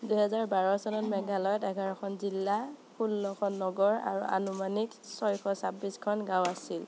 দুহেজাৰ বাৰ চনত মেঘালয়ত এঘাৰ খন জিলা ষোল্ল খন নগৰ আৰু আনুমানিক ছয়শ ছাব্বিছখন গাঁও আছিল